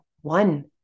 one